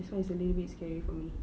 that's why it's a little bit scary for me